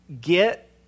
get